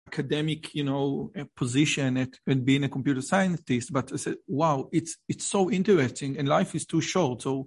מעמד אקדמי, אתה יודע, ולהיות מדען מחשבים, אבל וואו, זה כל כך מעניין, והחיים כל כך קצרים...